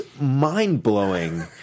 mind-blowing